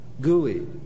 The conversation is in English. Gooey